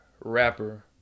rapper